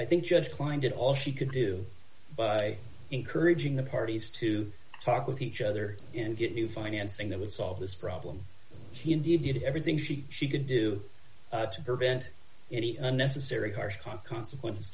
i think judge kline did all she could do by encouraging the parties to talk with each other and get new financing that would solve this problem he indeed did everything she she could do to prevent any unnecessary harsh consequences